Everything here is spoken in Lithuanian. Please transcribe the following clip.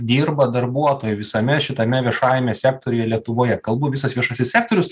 dirba darbuotojų visame šitame viešajame sektoriuje lietuvoje kalbų visas viešasis sektorius